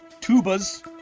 tubas